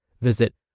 Visit